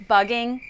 Bugging